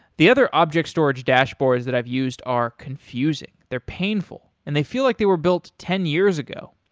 the other object storage dashboards that i've used are confusing. they're painful, and they feel like they were built ten years ago.